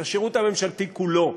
לשירות הממשלתי כולו.